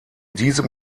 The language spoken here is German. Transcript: diesem